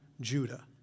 Judah